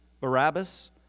Barabbas